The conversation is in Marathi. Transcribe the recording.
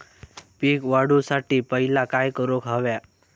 पीक वाढवुसाठी पहिला काय करूक हव्या?